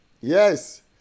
Yes